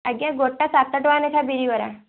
ଆଜ୍ଞା ଗୋଟା ସାତ ଟଙ୍କା ଲେଖା ବିରି ବରା